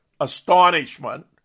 astonishment